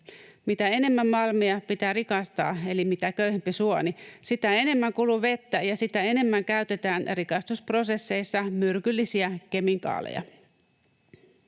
Mitä enemmän malmia pitää rikastaa eli mitä köyhempi suoni, sitä enemmän kuluu vettä ja sitä enemmän rikastusprosesseissa käytetään myrkyllisiä kemikaaleja.